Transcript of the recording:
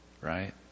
right